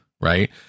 right